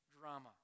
drama